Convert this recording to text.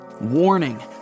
Warning